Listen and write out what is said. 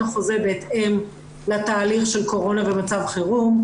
החוזה בהתאם לתהליך של קורונה במצב חירום,